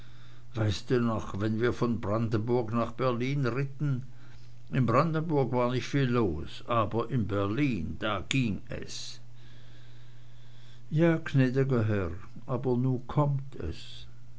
noch wenn wir von brandenburg nach berlin ritten in brandenburg war nich viel los aber in berlin da ging es ja gnäd'ger herr aber nu kommt es